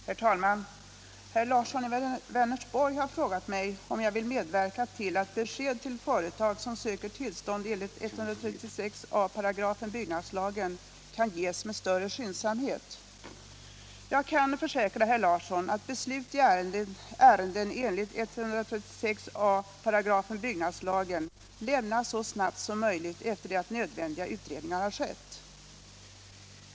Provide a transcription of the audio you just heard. Herr talman! Herr Larsson i Vänersborg har frågat mig om jag vill medverka till att besked till företag, som söker tillstånd enligt 136 a § byggnadslagen, kan ges med större skyndsamhet. Jag kan försäkra herr Larsson att beslut i ärenden enligt 136 a § byggnadslagen lämnas så snabbt som möjligt efter det att nödvändiga utredningar har skett.